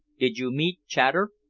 did you meet chater?